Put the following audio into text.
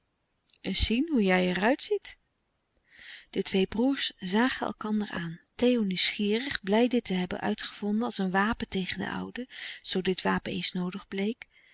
eens zien hoe jij er uit ziet de twee broêrs zagen elkander aan theo nieuwsgierig blij dit te hebben uitgevonden als een wapen tegen den oude zoo dit wapen eens noodig bleek